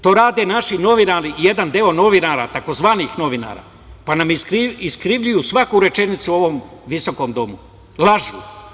To rade naši novinari, jedan deo novinara, tzv. novinara, pa nam iskrivljuju svaku rečenicu u ovom visokom Domu, lažu.